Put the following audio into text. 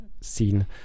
scene